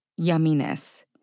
yumminess